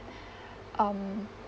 um